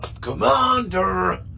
Commander